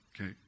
Okay